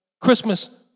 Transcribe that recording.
Christmas